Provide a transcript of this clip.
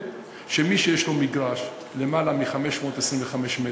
מי שיש לו מגרש, למעלה מ-525 מ"ר,